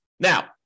Now